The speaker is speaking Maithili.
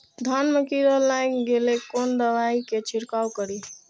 धान में कीरा लाग गेलेय कोन दवाई से छीरकाउ करी?